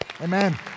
Amen